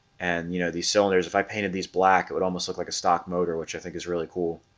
and you know these cylinders if i painted these black it would almost look like a stock motor which i think is really cool